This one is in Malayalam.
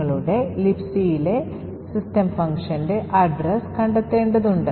നിങ്ങളുടെ Libcലെ സിസ്റ്റം ഫംഗ്ഷന്റെ വിലാസം കണ്ടെത്തേണ്ടതുണ്ട്